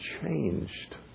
changed